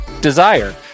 Desire